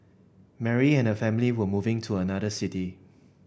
Mary and her family were moving to another city